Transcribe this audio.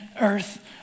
earth